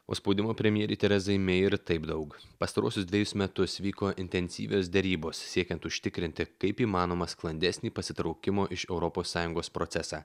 o spaudimų premjerei terezai mei ir taip daug pastaruosius dvejus metus vyko intensyvios derybos siekiant užtikrinti kaip įmanoma sklandesnį pasitraukimo iš europos sąjungos procesą